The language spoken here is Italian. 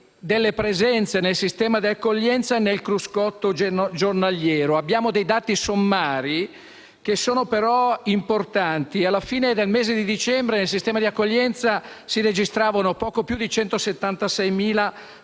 sulle presenze nel sistema di accoglienza nel cruscotto giornaliero. Abbiamo dei dati sommari che sono però importanti. Alla fine del mese di dicembre nel sistema di accoglienza si registravano poco più di 176.000